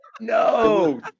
No